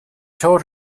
towed